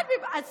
את שרה.